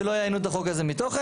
שלא יאיינו את החוק הזה מתוכן,